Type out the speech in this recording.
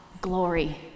glory